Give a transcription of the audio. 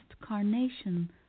carnation